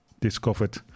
discovered